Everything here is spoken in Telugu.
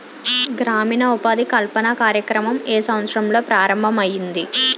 గ్రామీణ ఉపాధి కల్పన కార్యక్రమం ఏ సంవత్సరంలో ప్రారంభం ఐయ్యింది?